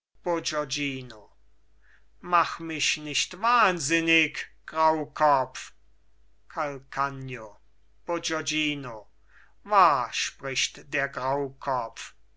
mach mich nicht wahnwitzig graukopf calcagno bourgognino wahr spricht der graukopf